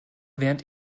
während